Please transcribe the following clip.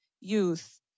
Youth